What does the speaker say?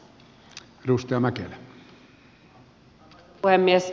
arvoisa puhemies